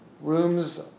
rooms